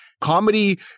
Comedy